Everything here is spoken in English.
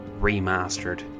Remastered